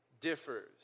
differs